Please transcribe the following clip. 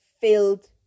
filled